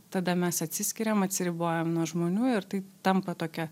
tada mes atsiskiriam atsiribojam nuo žmonių ir tai tampa tokia